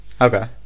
Okay